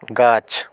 গাছ